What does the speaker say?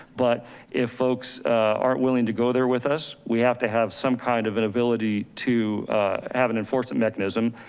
but if folks aren't willing to go there with us, we have to have some kind of an ability to have an enforcement mechanism.